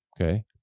Okay